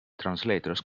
translators